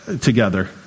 together